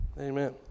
Amen